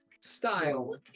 style